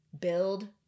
Build